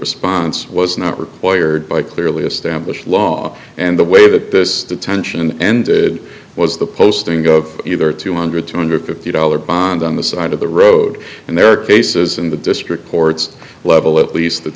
response was not required by clearly established law and the way that this attention ended was the posting of either two hundred two hundred fifty dollars bond on the side of the road and there are cases in the district courts level at least that